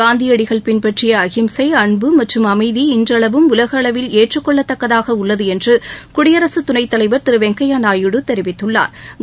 காந்தியடிகள் பின்பற்றிய அகிம்சை அன்பு மற்றும் அமைதி இன்றளவும் உலக அளவில் ஏற்றுக் கொள்ளத்தக்கதாக உள்ளது என்று குயடிரசுத் துணைத்தலைவர் திரு வெங்கையா நாயுடு தெரிவித்துள்ளாா்